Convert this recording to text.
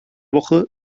woche